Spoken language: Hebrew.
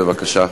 בבקשה.